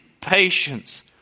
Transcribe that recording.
patience